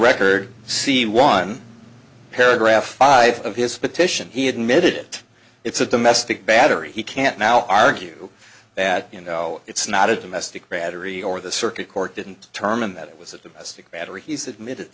record see one paragraph five of his petition he admitted it's a domestic battery he can't now argue that you know it's not a domestic rather he or the circuit court didn't term him that it was at the mystic battery he's admitted